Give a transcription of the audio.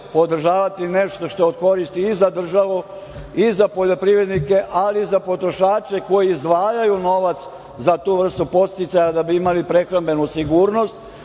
podržavati nešto što je od koristi i za državu i za poljoprivrednike, ali i za potrošače koji izdvajaju novac za tu vrstu podsticaja da bi imali prehrambenu sigurnost,